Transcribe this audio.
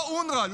לא אונר"א,